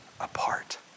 apart